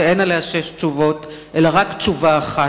שאין עליה שש תשובות אלא רק תשובה אחת.